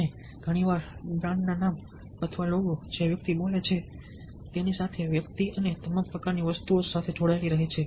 અને ઘણી વાર બ્રાન્ડ નામ લોગો જે વ્યક્તિ બોલે છે તેની સાથે વ્યક્તિ અને તમામ પ્રકારની વસ્તુઓ સાથે જોડાયેલી રહે છે